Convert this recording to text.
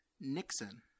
Nixon